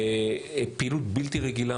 פעילות בלתי רגילה,